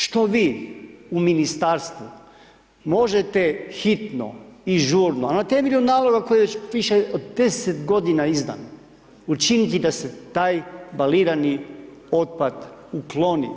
Što vi u ministarstvu možete hitno i žurno na temelju naloga koji je već više od 10 godina izdan učiniti da se taj balirani otpad ukloni?